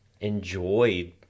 enjoyed